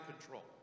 control